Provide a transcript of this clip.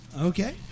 Okay